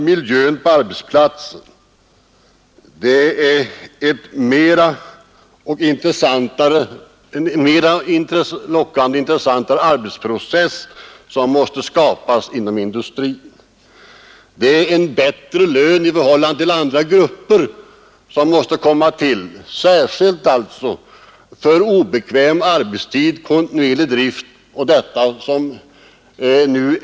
Miljön på arbetsplatsen spelar en stor roll, och en intressantare och mer lockande arbetsprocess måste skapas inom industrin, Lönen måste bli bättre i förhållande till andra grupper, särskilt för obekväm arbetstid vid kontinuerlig drift.